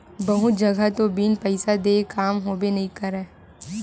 बहुत जघा तो बिन पइसा देय काम होबे नइ करय